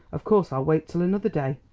of course i'll wait till another day.